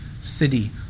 city